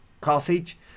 Carthage